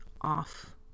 off